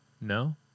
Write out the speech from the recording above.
No